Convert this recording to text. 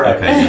Okay